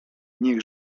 niech